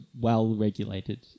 well-regulated